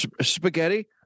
spaghetti